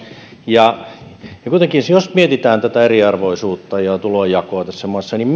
ja kuitenkin jos mietitään tätä eriarvoisuutta ja ja tulojakoa tässä maassa niin